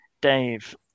Dave